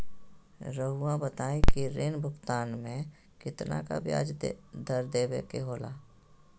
रहुआ बताइं कि ऋण भुगतान में कितना का ब्याज दर देवें के होला?